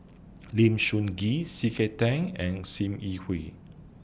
Lim Soo Ngee C K Tang and SIM Yi Hui